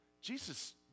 Jesus